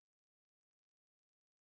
teach them how to study